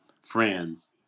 friends